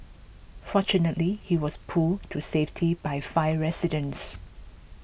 fortunately he was pulled to safety by five residents